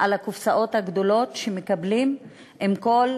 יש פה